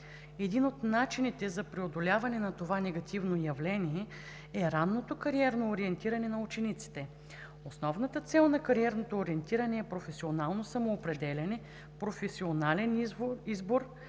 Един от начините за преодоляване на това негативно явление е ранното кариерно ориентиране на учениците. Основната цел на кариерното ориентиране е професионално самоопределяне, професионален избор,